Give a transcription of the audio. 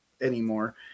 anymore